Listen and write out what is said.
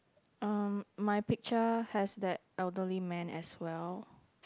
uh my picture has that elderly man as well